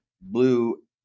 Blue